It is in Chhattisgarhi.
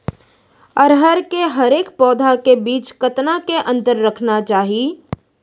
अरहर के हरेक पौधा के बीच कतना के अंतर रखना चाही?